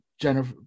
jennifer